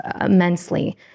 immensely